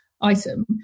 item